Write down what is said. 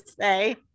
say